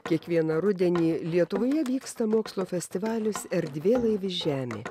kiekvieną rudenį lietuvoje vyksta mokslo festivalis erdvėlaivis žemė